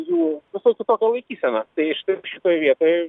jų visai kitokia laikysena tai šta šitoj vietoj